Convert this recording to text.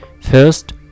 First